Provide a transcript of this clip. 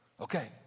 Okay